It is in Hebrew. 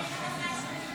להצבעה בקריאה השלישית.